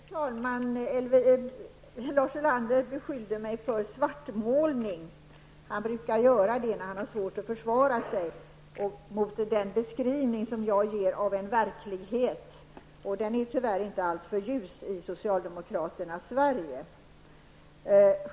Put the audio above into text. Fru talman! Lars Ulander beskyllde mig för att svartmåla. Han brukar göra det när han har svårt att försvara sig mot min beskrivning av verkligheten -- och denna är, tyvärr, inte alltför ljus i socialdemokraternas Sverige.